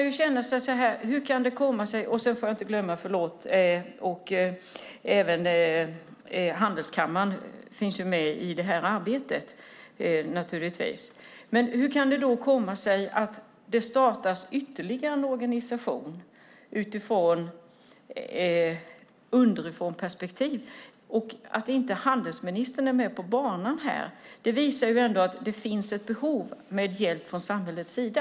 Jag ska heller inte glömma handelskammaren som också finns med i det här arbetet. Hur kan det komma sig att det startas ytterligare en organisation från ett underifrånperspektiv och att inte handelsministern är med på banan? Det visar ju ändå att det finns ett behov av hjälp från samhällets sida.